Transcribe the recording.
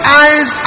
eyes